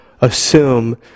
assume